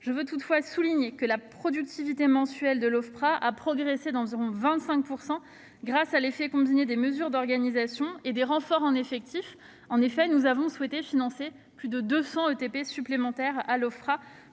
Je souligne toutefois que la productivité mensuelle de l'Ofpra a progressé d'environ 25 % grâce à l'effet combiné des mesures d'organisation et des renforts en effectifs. En effet, nous avons souhaité financer plus de 200 équivalents temps